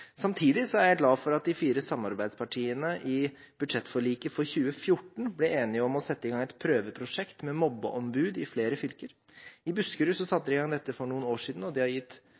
Samtidig er jeg glad for at de fire samarbeidspartiene i budsjettforliket for 2014 ble enige om å sette i gang et prøveprosjekt med mobbeombud i flere fylker. I Buskerud satte de i gang dette for noen år siden, og det har